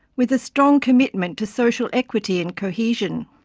with a strong commitment to social equity and cohesion.